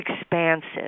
expansive